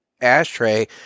ashtray